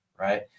right